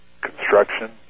construction